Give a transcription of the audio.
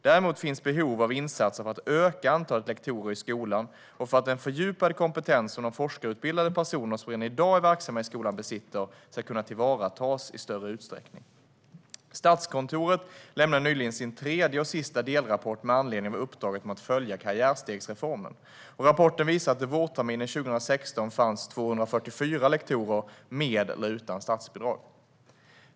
Däremot finns behov av insatser för att öka antalet lektorer i skolan och för att den fördjupade kompetens som de forskarutbildade personer som redan i dag är verksamma i skolan besitter ska kunna tillvaratas i större utsträckning. Statskontoret lämnade nyligen sin tredje och sista delrapport med anledning av uppdraget att följa upp karriärstegsreformen. Rapporten visar att det vårterminen 2016 fanns 244 lektorer med eller utan statsbidrag.